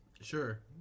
Sure